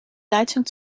leitung